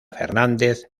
fernández